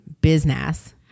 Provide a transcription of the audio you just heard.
business